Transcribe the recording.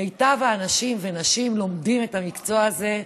מיטב האנשים והנשים לומדים את המקצוע הזה,